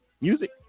music